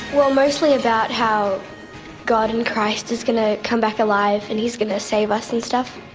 well, mostly about how god and christ is going to come back alive and he's going to save us and stuff.